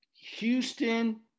Houston